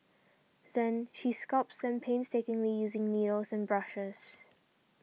then she sculpts them painstakingly using needles and brushes